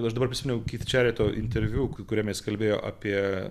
aš dabar prisiminiau kip čereto interviu kuriame jis kalbėjo apie